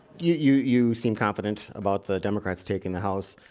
you you seem confident about the democrats taking the house